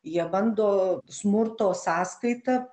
jie bando smurto sąskaita